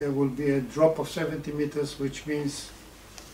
would be a drop of 70 meters, which means